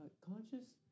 conscious